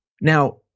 now